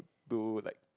to like